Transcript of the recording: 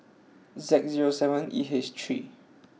Z zero seven E H three